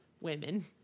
women